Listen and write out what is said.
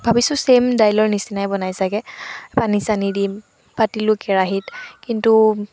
ভাবিছোঁ ছেইম দাইলৰ নিচিনাই বনাই ছাগৈ পানী চানি দিম পাতিলোঁ কেৰাহিত কিন্তু